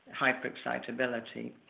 hyperexcitability